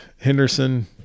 Henderson